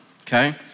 okay